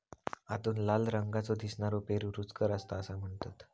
आतून लाल रंगाचो दिसनारो पेरू रुचकर असता असा म्हणतत